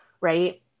Right